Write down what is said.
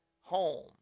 home